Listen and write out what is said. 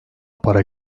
para